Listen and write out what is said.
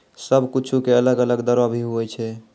सब कुछु के अलग अलग दरो भी होवै छै